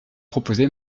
proposé